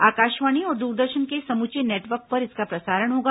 आकाशवाणी और दूरदर्शन के समूचे नेटवर्क पर इसका प्रसारण होगा